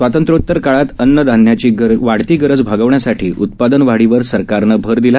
स्वातंत्रोतर काळात अन्नदान्याची वाढती गरज भागवण्यासाटी उक्पादनवाढीवर सरकारनं भर दिला